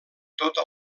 tota